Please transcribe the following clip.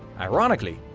ironically,